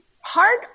hard